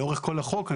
לאורך כל החוק?